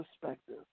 perspective